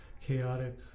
chaotic